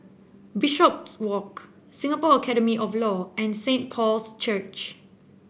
Bishopswalk Singapore Academy of Law and Saint Paul's Church